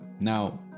Now